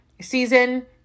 season